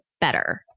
better